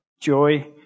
joy